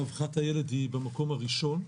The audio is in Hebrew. רווחת הילד היא במקום הראשון.